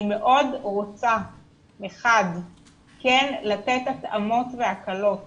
אני מאוד רוצה כן לתת התאמות והקלות